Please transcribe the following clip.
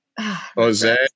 Jose